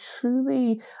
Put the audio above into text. truly